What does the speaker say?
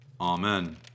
Amen